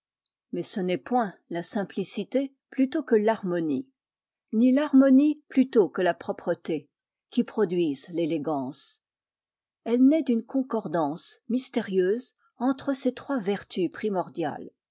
mais ce n'est point la simplicité plutôt que l'harmonie ni l'harmonie plutôt que la propreté qui produisent l'élégance elle naît d'une concordance mystérieuse entre ces trois vertus primordiales